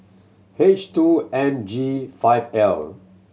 H two M G five L